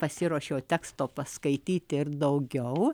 pasiruošiau teksto paskaityti ir daugiau